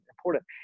important